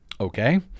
Okay